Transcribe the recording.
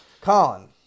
Colin